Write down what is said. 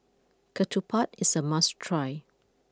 Ketupat is a must try